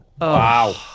Wow